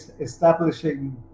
establishing